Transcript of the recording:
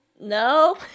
no